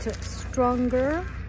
stronger